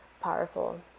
powerful